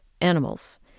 animals